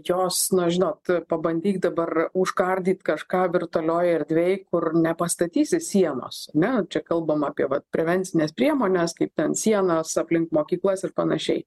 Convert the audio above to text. jos na žinot pabandyk dabar užkardyt kažką virtualioj erdvėj kur nepastatysi sienos ane čia kalbam apie vat prevencines priemones kaip ten sienos aplink mokyklas ir panašiai